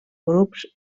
grups